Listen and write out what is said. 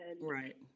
Right